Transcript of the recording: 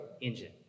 engine